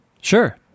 Sure